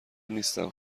نیستم